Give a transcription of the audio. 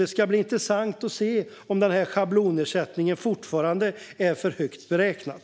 Det ska bli intressant att se om schablonersättningen fortfarande är för högt beräknad.